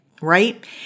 right